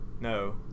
No